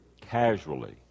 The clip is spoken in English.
casually